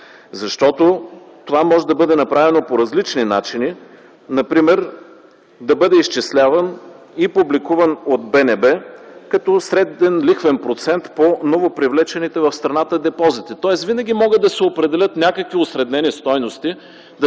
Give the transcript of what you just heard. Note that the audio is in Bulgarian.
защото това може да бъде направено по различни начини. Например да бъде изчисляван и публикуван от БНБ като среден лихвен процент по новопривлечените в страната депозити. Тоест винаги могат да се определят някакви осреднени стойности, да се съберат